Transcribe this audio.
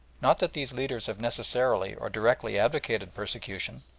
not that these leaders have necessarily or directly advocated persecution,